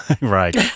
right